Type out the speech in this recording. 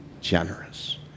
generous